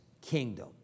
kingdom